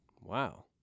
Wow